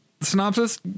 synopsis